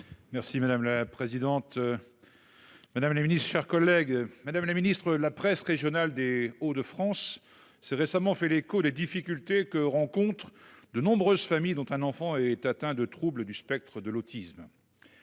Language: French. Merci madame la présidente. Madame la Ministre, chers collègues. Madame la Ministre la presse régionale des Hauts de France s'est récemment fait l'écho, les difficultés que rencontrent de nombreuses familles dont un enfant est atteint de troubles du spectre de l'autisme.